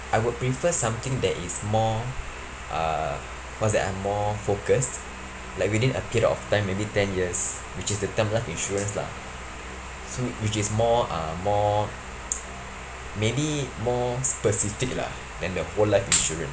I would prefer something that is more uh what's that uh more focused like within a period of time maybe ten years which is the term life insurance lah s~ which is more uh more maybe more specific lah than the whole life insurance